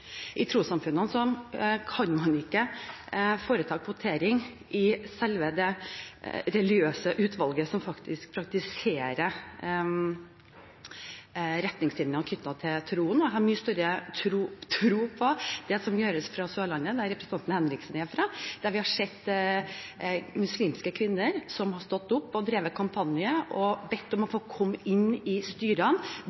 I trossamfunnene kan man ikke foreta kvotering i selve det religiøse utvalget som faktisk praktiserer retningslinjer knyttet til troen. Jeg har mye større tro på det som gjøres på Sørlandet, der representanten Henriksen er fra, der vi har sett muslimske kvinner som har stått opp, drevet kampanje og bedt om å